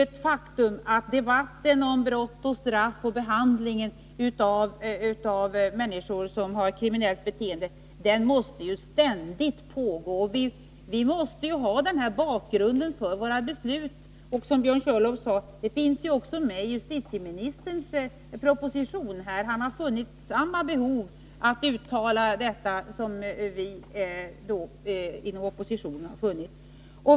Ett faktum är ju att debatten om brott och straff och behandlingen av människor med kriminellt beteende måste pågå ständigt. Vi måste ha den också här som bakgrund för våra beslut, och —-som Björn Körlof sade — det finns också med i justitieministerns proposition. Han har funnit samma behov att uttala detta som vi inom oppositionen.